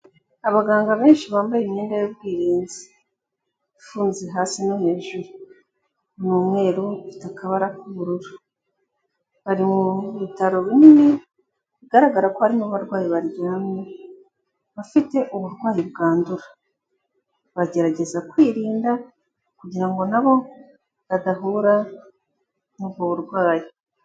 Abaganga benshi bambaye imyenda y'ubwirinzi, ifunze hasi no hejuru, ni umweru ifite akabara k'ubururu, bari mu bitaro bimwe bigaragara ko harimo barwayi baryamye bafite uburwayi bwandura, bagerageza kwirinda kugira na bo badahura n'ubwo burwayi.